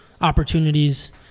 opportunities